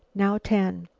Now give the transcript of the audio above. now ten.